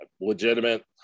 legitimate